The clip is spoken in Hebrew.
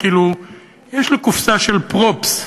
כאילו יש לי קופסה של props,